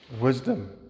wisdom